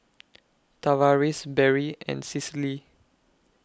Tavaris Berry and Cicely